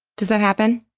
does that happen?